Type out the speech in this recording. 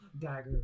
dagger